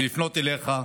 ולפנות אליך,